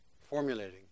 formulating